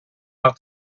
how